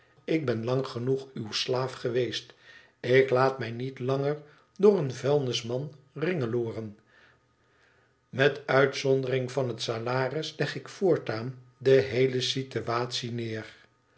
ik ben lang genoeg uw slaaf geweest ik laat mij niet langer door een vuilnisman ringelooren met uitzondering van het salaris leg ik voortaan de heele sitewatie neer